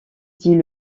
dit